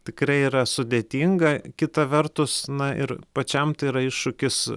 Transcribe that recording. tikrai yra sudėtinga kita vertus na ir pačiam tai yra iššūkis